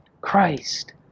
Christ